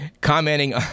commenting